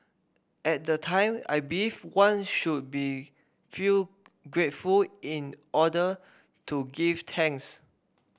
at the time I believed one should feel grateful in order to give thanks